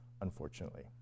unfortunately